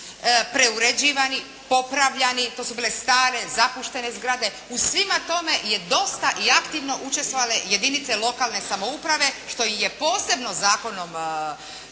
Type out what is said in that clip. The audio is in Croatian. preuređivani, popravljani, to su bile stare, zapuštene zgrade. U svima tome su dosta i aktivno učestvovale jedinice lokalne samouprave što je i posebno zakonom